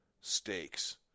stakes